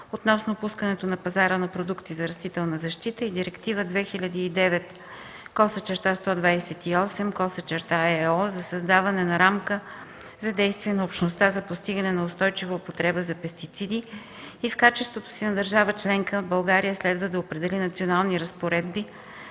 относно пускането на пазара на продукти за растителна защита и Директива 2009/128/ЕО за създаване на рамка за действие на Общността за постигане на устойчива употреба на пестициди и в качеството си на държава членка България следва да определи национални разпоредби